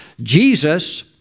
Jesus